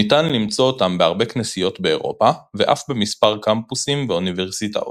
ניתן למצוא אותם בהרבה כנסיות באירופה ואף במספר קמפוסים ואוניברסיטאות.